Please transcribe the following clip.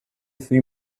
three